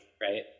right